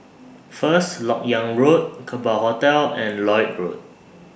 First Lok Yang Road Kerbau Hotel and Lloyd Road